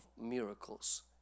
miracles